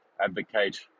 advocate